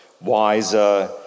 wiser